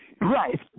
Right